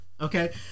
Okay